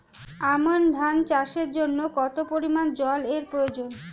আমন ধান চাষের জন্য কত পরিমান জল এর প্রয়োজন?